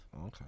Okay